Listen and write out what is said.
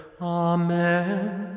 Amen